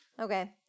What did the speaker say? Okay